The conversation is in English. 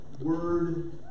word